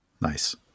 Nice